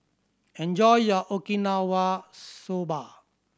enjoy your Okinawa Soba